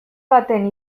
baten